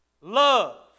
Love